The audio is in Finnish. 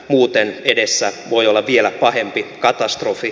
muuten edessä voi olla vielä pahempi katastrofi